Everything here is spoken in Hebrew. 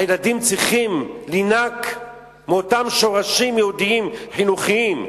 הילדים צריכים לינוק מאותם שורשים יהודיים-חינוכיים.